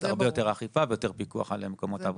הרבה יותר אכיפה ויותר פיקוח על מקומות עבודה.